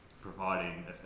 providing